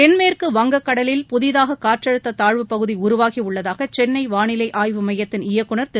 தென்மேற்குக் வங்கக்கடலில் புதிதாக காற்றழுத்த தாழ்வுப் பகுதி உருவாகி உள்ளதாக சென்னை வானிலை ஆய்வுமையத்தின் இயக்குநர் திரு